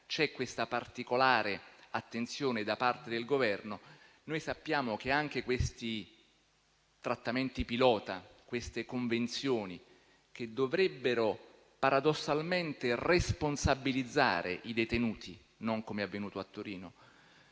c'è una particolare attenzione da parte del Governo, noi sappiamo che anche questi trattamenti pilota, queste convenzioni che dovrebbero paradossalmente responsabilizzare i detenuti - non come è avvenuto a Torino